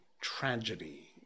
tragedy